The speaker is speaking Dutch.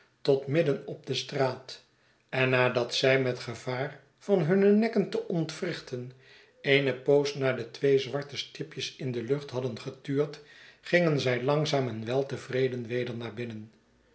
tot midden op de straat en nadat zy met gevaar van hunne nekken te ontwrichten eene poos naar de twee zwarte stipjes in de lucht hadden getuurd gingen zij langzaam en weltevreden weder naar binnen